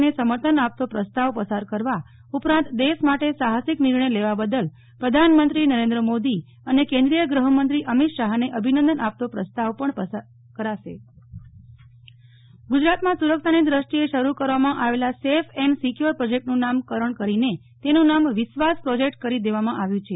ને સમર્થન આપતો પ્રસ્તાવ પસાર કરવા ઉપરાંતદેશ માટે સાહસિક નિર્ણય લેવા બાદલ પ્રધાનમંત્રી શ્રી મોદી અને કેન્દ્રીય ગૃહમંત્રી શ્રી અમિત શાહ ને અભિનંદન આપતો પ્રસ્તાવ પણ પસાર કરાશે નેહ્લ ઠક્કર શ્વાસ પ્રાજક ગુજરાતમાં સુરક્ષાની દૃષ્ટિએ શરૃ કરવામાં આવેલ સેફ એન્ડ સિક્વોર પ્રોજેક્ટનું નામ કરણ કરીને તેનું નામ વિશ્વાસ પ્રોજેક્ટ કરી દેવામાં આવ્યુ છે